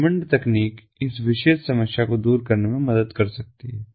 वेमंड तकनीक इस विशेष समस्या को दूर करने में मदद कर सकती है